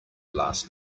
last